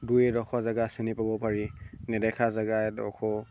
দুই এডোখৰ জেগা চিনি পাব পাৰি নেদেখা জেগা এডোখৰ